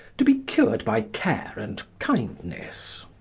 to be cured by care and kindness.